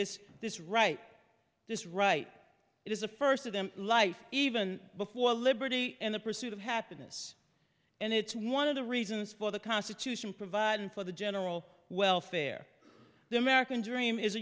this this right this right it is a first of them life even before liberty and the pursuit of happiness and it's one of the reasons for the constitution providing for the general welfare the american dream is a